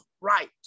right